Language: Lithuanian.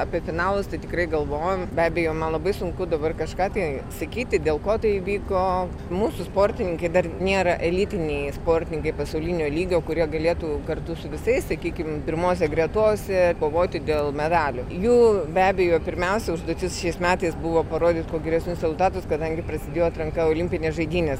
apie finalus tai tikrai galvojom be abejo man labai sunku dabar kažką tai sakyti dėl ko tai įvyko mūsų sportininkai dar nėra elitiniai sportininkai pasaulinio lygio kurie galėtų kartu su visais sakykim pirmose gretose kovoti dėl medalių jų be abejo pirmiausia užduotis šiais metais buvo parodyti kuo geresnius rezultatus kadangi prasidėjo atranka į olimpines žaidynes